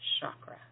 chakra